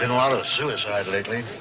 and a lot of suicides lately.